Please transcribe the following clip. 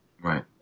Right